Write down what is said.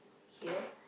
here